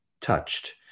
touched